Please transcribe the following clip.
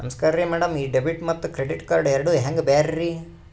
ನಮಸ್ಕಾರ್ರಿ ಮ್ಯಾಡಂ ಈ ಡೆಬಿಟ ಮತ್ತ ಕ್ರೆಡಿಟ್ ಕಾರ್ಡ್ ಎರಡೂ ಹೆಂಗ ಬ್ಯಾರೆ ರಿ?